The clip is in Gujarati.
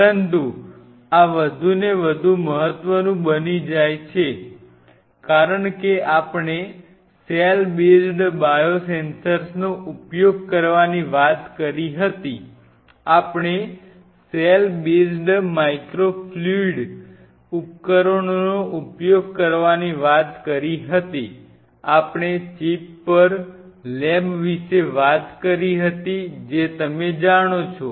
પરંતુ આ વધુ ને વધુ મહત્વનું બની જાય છે કારણ કે આપણે સેલ બેઝ્ડ બાયોસેન્સર્સનો ઉપયોગ કરવાની વાત કરી હતી આપણે સેલ બેઝ્ડ માઇક્રોફ્લુઇડિક ઉપકરણોનો ઉપયોગ કરવાની વાત કરી હતી આપણે ચિપ પર લેબ વિશે વાત કરી હતી જે તમે જાણો છો